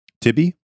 Tibby